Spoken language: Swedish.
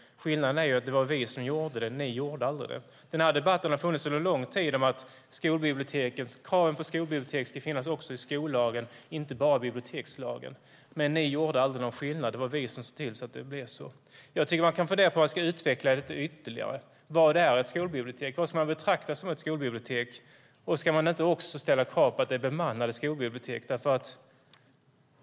Skillnaden är att det var vi som gjorde det; ni gjorde det aldrig. Debatten om att kravet på skolbibliotek ska finnas med i skollagen, inte bara i bibliotekslagen, har pågått under lång tid. Ni gjorde det aldrig. Det var vi som såg till att det blev så. Jag tycker att man kan fundera på om man ska utveckla det ytterligare. Vad är ett skolbibliotek? Vad ska man betrakta som ett skolbibliotek? Ska man inte också ställa krav på att skolbiblioteken ska vara bemannade?